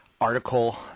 article